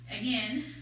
Again